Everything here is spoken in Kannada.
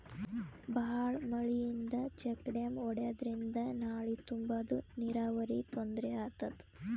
ಭಾಳ್ ಮಳಿಯಿಂದ ಚೆಕ್ ಡ್ಯಾಮ್ ಒಡ್ಯಾದ್ರಿಂದ ನಾಲಿ ತುಂಬಾದು ನೀರಾವರಿಗ್ ತೊಂದ್ರೆ ಆತದ